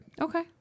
Okay